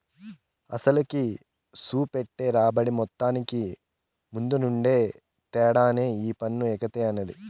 అసలుకి, సూపెట్టే రాబడి మొత్తానికి మద్దెనుండే తేడానే ఈ పన్ను ఎగేత అనేది